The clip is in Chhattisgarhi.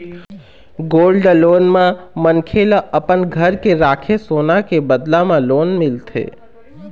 गोल्ड लोन म मनखे ल अपन घर के राखे सोना के बदला म लोन मिलथे